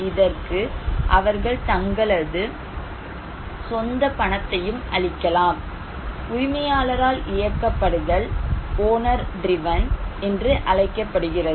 இதற்கு அவர்கள் தங்களது சொந்த பணத்தையும் அளிக்கலாம் உரிமையாளரால் இயக்க படுதல் என்று அழைக்கப்படுகிறது